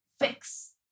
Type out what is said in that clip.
fix